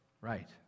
Right